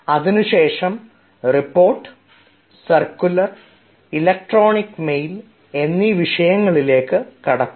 അതിനുശേഷം report circular electronic mail എന്നീ വിഷയങ്ങളിലേക്ക് കടക്കും